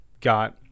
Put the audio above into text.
got